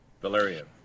valerian